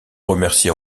remercier